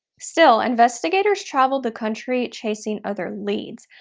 still, investigators travelled the country chasing other leads.